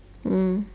mm